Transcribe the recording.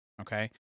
okay